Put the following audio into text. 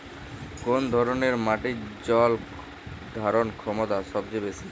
কোন ধরণের মাটির জল ধারণ ক্ষমতা সবচেয়ে বেশি?